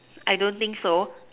I don't think so